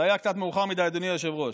זה היה קצת מאוחר מדי, אדוני היושב-ראש.